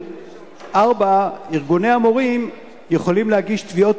4. ארגוני המורים יכולים להגיש תביעות